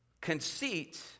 Conceit